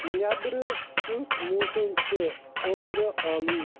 نیبرٕ کِٮُ۪تھ موسم چھُ اوٚبرٕ آلوٗد